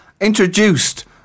introduced